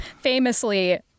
Famously